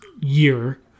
year